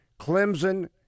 Clemson